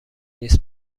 نیست